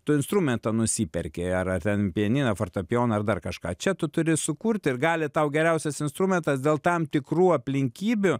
tu instrumentą nusiperki ar ar ten pianiną fortepijoną ar dar kažką čia tu turi sukurt ir gali tau geriausias instrumentas dėl tam tikrų aplinkybių